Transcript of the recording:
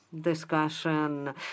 discussion